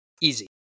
easy